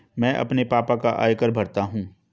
मैं अपने पापा का आयकर भरता हूं